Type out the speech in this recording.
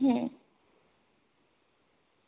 હમ